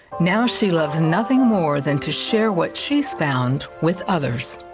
now she loves nothing more than to share what she has found with others.